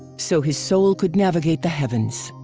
so his soul could navigate the heavens,